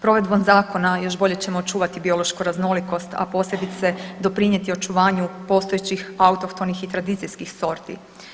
Provedbom zakona još bolje ćemo očuvati biološku raznolikost, a posebice doprinijeti očuvanju postojećih autohtonih i tradicijskih sorti.